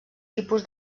tipus